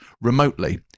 remotely